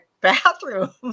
bathroom